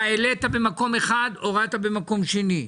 אתה העלית במקום אחד, הורדת במקום שני.